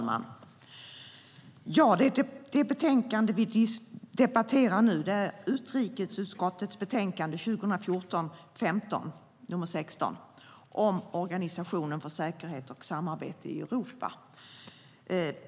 Fru talman! Det betänkande vi debatterar nu är utrikesutskottets betänkande 2014/15:16 om Organisationen för säkerhet och samarbete i Europa.